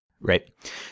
Right